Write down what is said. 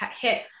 hit